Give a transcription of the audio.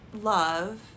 love